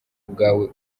bwawe